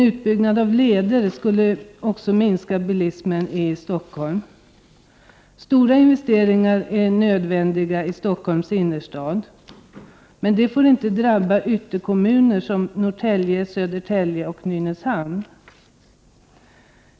Utbyggda trafikleder skulle också minska bilismen i Stockholm. Stora investeringar är nödvändiga i Stockholms innerstad, men de får inte drabba ytterkommuner som Norrtälje, Södertälje och Nynäshamn.